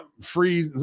free